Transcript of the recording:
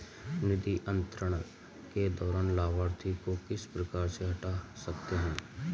निधि अंतरण के दौरान लाभार्थी को किस प्रकार से हटा सकते हैं?